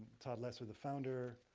todd lester, the founder,